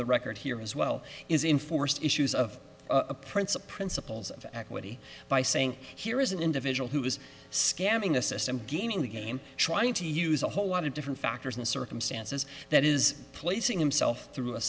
the record here as well is enforced issues of a principle of equity by saying here is an individual who is scamming the system gaming the game trying to use a whole lot of different factors and circumstances that is placing himself through a